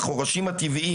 החורשים הטבעיים,